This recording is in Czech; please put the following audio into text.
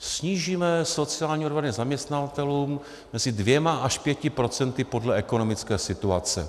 Snížíme sociální odvody zaměstnavatelům mezi 2 až 5 procenty podle ekonomické situace.